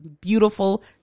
beautiful